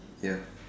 ya